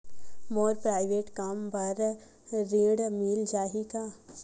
मोर private कम बर ऋण मिल जाही का?